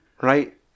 right